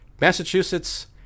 massachusetts